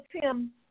Tim